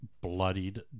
bloodied